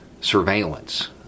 surveillance